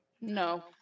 No